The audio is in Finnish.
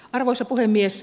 arvoisa puhemies